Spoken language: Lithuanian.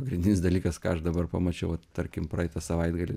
pagrindinis dalykas ką aš dabar pamačiau va tarkim praeitą savaitgalį